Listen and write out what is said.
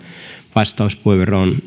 vastauspuheenvuoroon